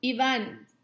Ivan